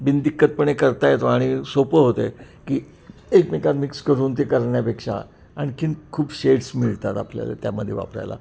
बिनदिक्कतपणे करता येतो आणि सोपं होते की एकमेकांत मिक्स करून ते करण्यापेक्षा आणखीन खूप शेड्स मिळतात आपल्याला त्यामध्ये वापरायला